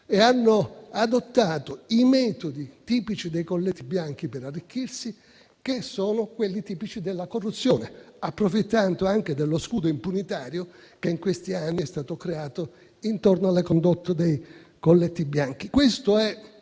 così adottato i metodi tipici dei colletti bianchi per arricchirsi, che sono quelli della corruzione, approfittando anche dello scudo impunitario che in questi anni è stato creato intorno alla condotte dei colletti bianchi.